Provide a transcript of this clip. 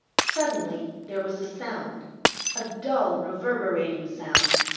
suddenly there was a sound a dull reverberating sound.